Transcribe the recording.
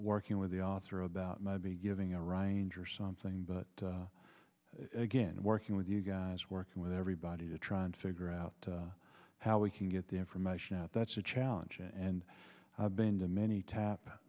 working with the author about maybe giving a range or something but again working with you guys working with everybody to try and figure out how we can get the information out that's a challenge and i've been to many tap